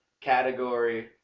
Category